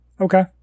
okay